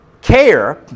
care